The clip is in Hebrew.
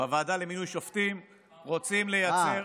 בוועדה למינוי שופטים רוצים לייצר,